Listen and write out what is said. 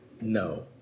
No